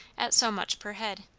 at so much per head.